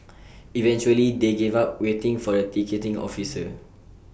eventually they gave up waiting for the ticketing officer